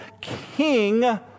king